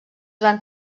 van